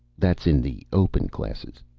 that's in the open classes?